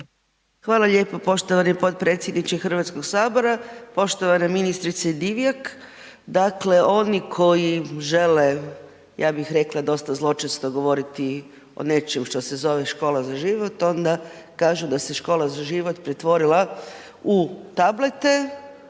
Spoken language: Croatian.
Hvala lijepo poštovani potpredsjedniče HS-a, poštovana ministrice Divjak. Dakle, oni koji žele, ja bih rekla, dosta zločesto govoriti o nečemu što se zove Škola za život, onda kažu da se Škola za život pretvorila u tablete